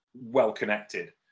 well-connected